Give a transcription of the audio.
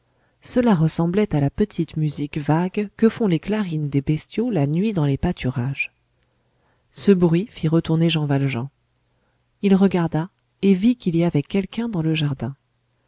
cela ressemblait à la petite musique vague que font les clarines des bestiaux la nuit dans les pâturages ce bruit fit retourner jean valjean il regarda et vit qu'il y avait quelqu'un dans le jardin